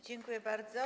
Dziękuję bardzo.